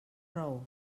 raó